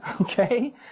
okay